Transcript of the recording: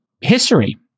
history